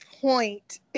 point